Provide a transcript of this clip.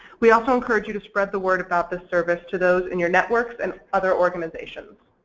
we also encourage you to spread the word about this service to those in your networks and other organizations.